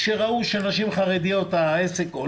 כשראו כשאצל נשים ערביות וחרדיות יש